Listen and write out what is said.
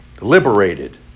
liberated